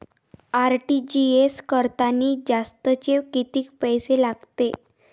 RTGS करतांनी जास्तचे कितीक पैसे लागते?